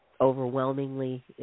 overwhelmingly